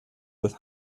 with